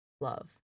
love